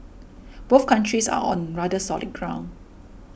both countries are on rather solid ground